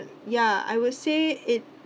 ya I would say it